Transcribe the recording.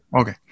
Okay